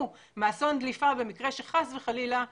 מאסון דליפה במקרה שחס וחלילה יתקיים.